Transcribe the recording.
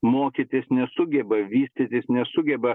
mokytis nesugeba vystytis nesugeba